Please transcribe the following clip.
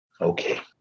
Okay